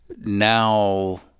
Now